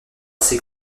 ses